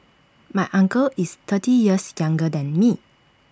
my uncle is thirty years younger than me